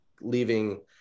leaving